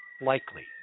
likely